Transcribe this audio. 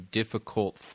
difficult